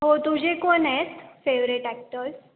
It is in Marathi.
हो तुझे कोण आहेत फेवरेट ॲक्टर्स